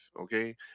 okay